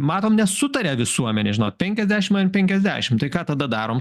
matom nesutaria visuomenė žinot penkiasdešim penkiasdešim tai ką tada darom